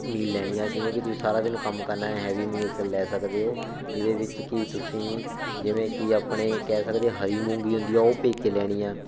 ਮੀਲ ਲੈਣੀ ਆ ਜਿਵੇਂ ਕਿ ਤੁਸੀਂ ਸਾਰਾ ਦਿਨ ਕੰਮ ਕਰਨਾ ਹੈਵੀ ਮੀਲਸ ਲੈ ਸਕਦੇ ਹੋ ਜਿਹਦੇ ਵਿੱਚ ਕਿ ਤੁਸੀਂ ਜਿਵੇਂ ਕਿ ਆਪਣੇ ਕਹਿ ਸਕਦੇ ਹਰੀ ਮੂੰਗੀ ਹੁੰਦੀ ਆ ਉਹ ਭਿਉਂ ਕੇ ਲੈਣੀ ਆ